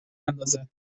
اندازد